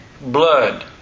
blood